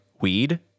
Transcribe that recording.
weed